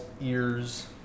ears